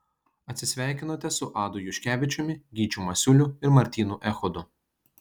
atsisveikinote su adu juškevičiumi gyčiu masiuliu ir martynu echodu